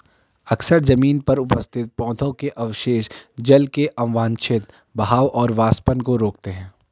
अक्सर जमीन पर उपस्थित पौधों के अवशेष जल के अवांछित बहाव और वाष्पन को रोकते हैं